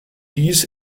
dies